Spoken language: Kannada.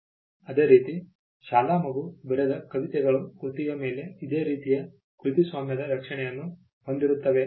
ಅದೇ ರೀತಿ ಶಾಲಾ ಮಗು ಬರೆದ ಕವಿತೆಗಳು ಕೃತಿಯ ಮೇಲೆ ಇದೇ ರೀತಿಯ ಕೃತಿಸ್ವಾಮ್ಯದ ರಕ್ಷಣೆಯನ್ನು ಹೊಂದಿರುತ್ತವೆ